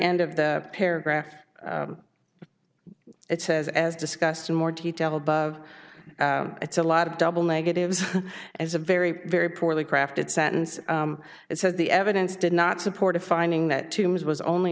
end of the paragraph it says as discussed in more detail above it's a lot of double negatives as a very very poorly crafted sentence that said the evidence did not support a finding that tombes was only